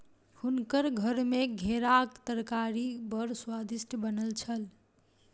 हुनकर घर मे घेराक तरकारी बड़ स्वादिष्ट बनल छल